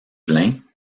plain